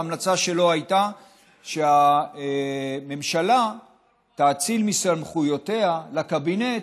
ההמלצה שלו הייתה שהממשלה תאציל מסמכויותיה לקבינט,